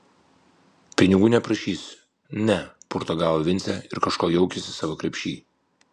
pinigų neprašysiu ne purto galvą vincė ir kažko jaukiasi savo krepšy